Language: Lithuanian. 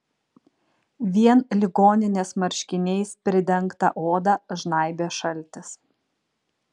vien ligoninės marškiniais pridengtą odą žnaibė šaltis